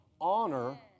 Honor